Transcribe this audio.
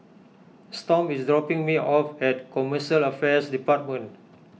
Storm is dropping me off at Commercial Affairs Department